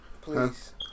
Please